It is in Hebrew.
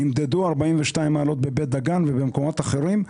נמדדו 42 מעלות בבית דגן ובמקומות אחרים.